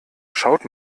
schaut